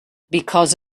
because